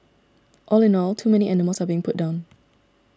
all in all too many animals are being put down